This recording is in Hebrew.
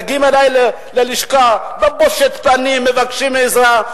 מגיעים אליו ללשכה בבושת פנים ומבקשים עזרה,